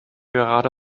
gerade